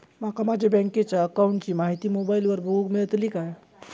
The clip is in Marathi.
माका माझ्या बँकेच्या अकाऊंटची माहिती मोबाईलार बगुक मेळतली काय?